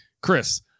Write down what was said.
Chris